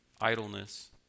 idleness